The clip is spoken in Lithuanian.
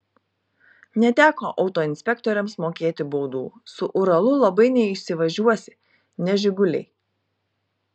neteko autoinspektoriams mokėti baudų su uralu labai neįsivažiuosi ne žiguliai